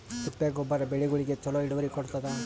ತಿಪ್ಪಿ ಗೊಬ್ಬರ ಬೆಳಿಗೋಳಿಗಿ ಚಲೋ ಇಳುವರಿ ಕೊಡತಾದ?